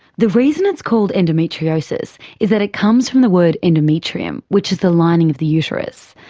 the reason it's called endometriosis is that it comes from the word endometrium, which is the lining of the uterus.